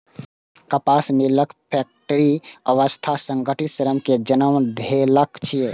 कपास मिलक फैक्टरी व्यवस्था संगठित श्रम कें जन्म देलक